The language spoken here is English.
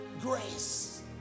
Grace